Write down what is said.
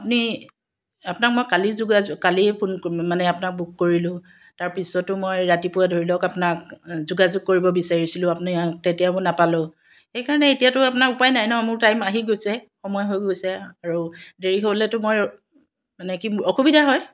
আপুনি আপোনাক মই কালি যোগাযোগ কালিয়ে ফোন আপোনাক বুক কৰিলোঁ তাৰপিছতো মই ৰাতিপুৱা ধৰি লওক আপোনাক যোগাযোগ কৰিব বিচাৰিছিলোঁ আপুনি তেতিয়াও নাপালোঁ সেইকাৰণে এতিয়াতো আপোনাক উপায় নাই ন মোৰ টাইম আহি গৈছে সময় হৈ গৈছে আৰু দেৰি হ'লেতো মই মানে কি অসুবিধা হয়